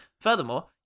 furthermore